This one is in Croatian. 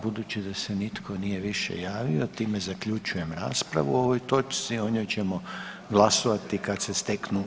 Budući da se nitko nije više javio, time zaključujem raspravu o ovoj točci, o njoj ćemo glasovati kad se steknu